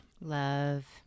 Love